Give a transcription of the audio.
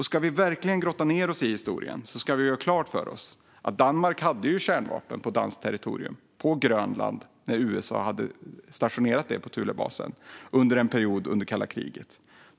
Ska vi verkligen grotta ner oss i historien så ska vi göra klart för oss att Danmark hade kärnvapen på danskt territorium på Grönland. USA hade stationerat sådana på Thulebasen under en period under kalla kriget.